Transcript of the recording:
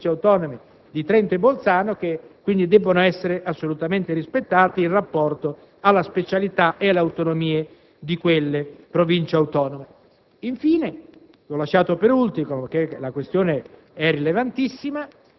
importanti degli accordi tra la Repubblica italiana e le province autonome di Trento e di Bolzano, che devono essere assolutamente rispettati in rapporto alle specialità ed alle autonomie di quelle Province.